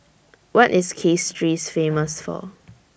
What IS Castries Famous For